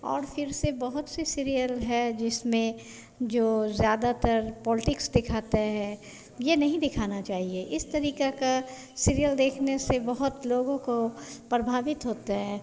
और फिर से बहुत से सिरियल है जिसमें जो ज़्यादातर पॉलीटिक्स दिखाते हैं यह नहीं दिखाना चाहिए इस तरीक़े का सीरियल देखने से बहुत लोगों को प्रभावित होता है